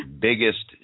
biggest